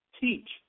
teach